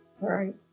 Right